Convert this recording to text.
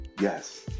Yes